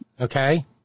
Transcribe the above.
okay